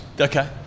Okay